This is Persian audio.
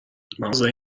عرضه